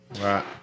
right